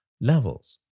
levels